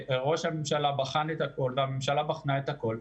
ראש הממשלה בחן את הכול והממשלה בחנה את הכול,